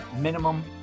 minimum